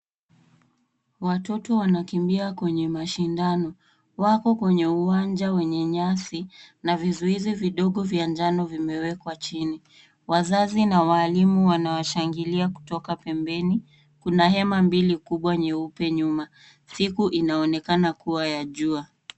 Watoto wanakimbia kwenye mashindano. Wako kwenye uwanja wenye nyasi na vizuizi vidogo vya njano vimewekwa chini. Wazazi na walimu wanawashangilia kutoka pembeni. Kuna hema mbili kubwa nyeupe nyuma. Siku inaonekana kuwa ya jua.